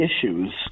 issues